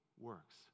works